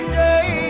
day